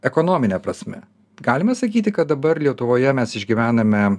ekonomine prasme galima sakyti kad dabar lietuvoje mes išgyvename